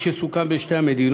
כפי שסוכם בין שתי המדינות,